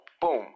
Boom